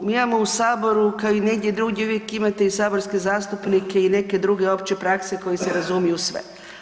U, mi imamo u Saboru, kao i negdje drugdje, uvijek imate i saborske zastupnike i neke druge opće prakse koji se razumiju u sve.